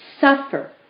suffer